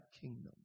kingdom